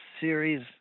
series